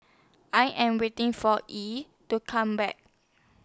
I Am waiting For E to Come Back